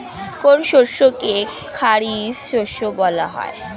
কোন কোন শস্যকে খারিফ শস্য বলা হয়?